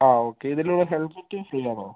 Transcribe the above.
ആ ഓക്കെ ഇതിലുള്ള helmet free ആണോ